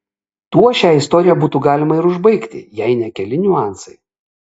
tuo šią istoriją būtų galima ir užbaigti jei ne keli niuansai